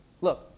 look